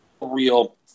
real